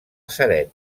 ceret